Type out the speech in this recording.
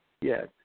Yes